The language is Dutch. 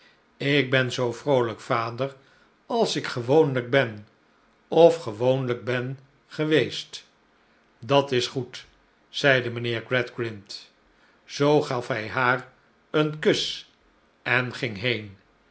ik ben zoo vroolijk vader als ik gewoonlijk ben of gewoonlijk ben geweest dat is goed zeide mijnheer gradgrind zoo gaf hij haar een kus en ging heen